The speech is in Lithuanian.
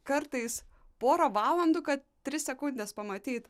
kartais porą valandų kad tris sekundes pamatyt